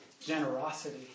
generosity